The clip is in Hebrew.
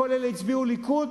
כל אלה הצביעו ליכוד?